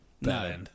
no